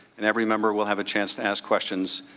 and every member will have a chance to ask questions.